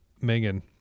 Megan